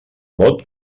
vot